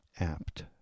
apt